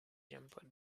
jumper